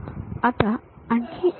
आता आणखी एक उदाहरण घेऊ